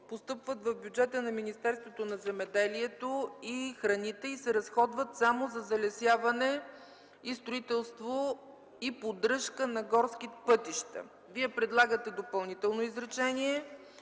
постъпват в бюджета на Министерството на земеделието и храните и се разходват само за залесяване и строителство и поддръжка на горски пътища”. Вие предлагате допълнително изречение